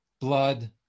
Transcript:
blood